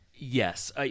Yes